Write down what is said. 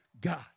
God